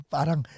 Parang